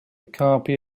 copy